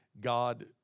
God